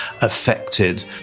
affected